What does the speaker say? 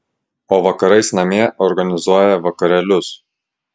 o vakarais namie organizuoja vakarėlius